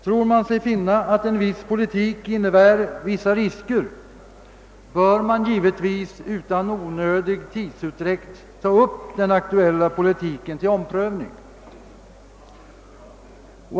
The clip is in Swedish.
Tror man sig finna att en viss politik innebär vissa risker, bör man givetvis utan onödig tidsutdräkt ta upp den aktuella politiken till omprövning.